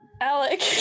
Alec